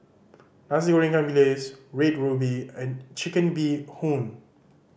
Nasi Goreng ikan bilis Red Ruby and Chicken Bee Hoon